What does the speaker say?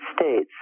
States